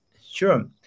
Sure